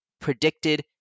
predicted